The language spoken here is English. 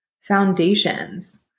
foundations